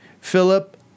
Philip